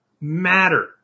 matter